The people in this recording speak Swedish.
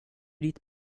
ditt